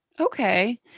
Okay